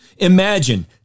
Imagine